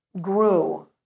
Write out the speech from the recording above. grew